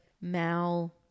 Mal